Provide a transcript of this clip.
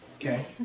Okay